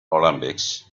olympics